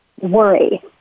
worry